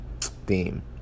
theme